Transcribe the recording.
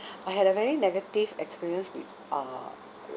I had a very negative experience with uh with